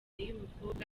y’umukobwa